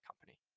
company